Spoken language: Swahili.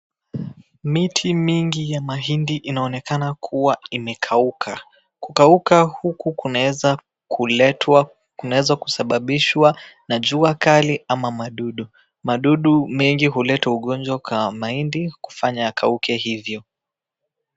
Miti mingi ya mahindi inaonekana kuwa imekukauka ,kukauka huku kunaeza kuletwa kunaeza kusababishwa na jua kali ama madudu, madudu mengi huleta ugonjwa kwa mahindi kufanya yakauke hivyo.